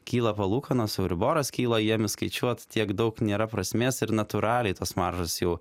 kyla palūkanos euriboras kyla jiem įskaičiuoti tiek daug nėra prasmės ir natūraliai tos maržos jau